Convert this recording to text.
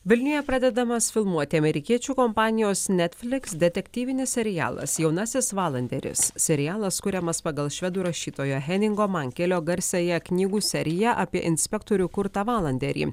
vilniuje pradedamas filmuoti amerikiečių kompanijos netflix detektyvinis serialas jaunasis valanderis serialas kuriamas pagal švedų rašytojo heningo mankelio garsiąją knygų seriją apie inspektorių kurtą valanderį